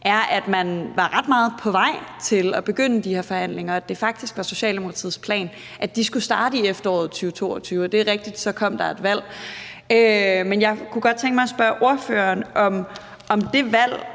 er, at man var ret meget på vej til at begynde de her forhandlinger, og at det faktisk var Socialdemokratiets plan, at de skulle starte i efteråret 2022. Det er rigtigt, at der så kom et valg, men jeg kunne godt tænke mig at spørge ordføreren: I forhold